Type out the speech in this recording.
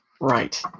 Right